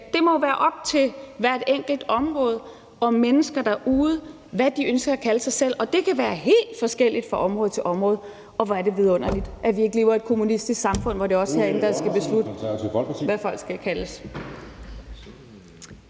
det må jo være op til det enkelte område og menneskerne derude, hvad de ønsker at kalde sig selv, og det kan være helt forskelligt fra område til område. Og hvor er det vidunderligt, at vi ikke lever i et kommunistisk samfund, hvor det er os herinde, der skal beslutte, hvad folk skal kaldes.